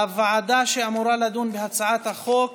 הוועדה שאמורה לדון בהצעת החוק